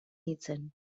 nintzen